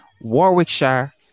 Warwickshire